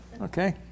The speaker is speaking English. Okay